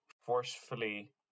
forcefully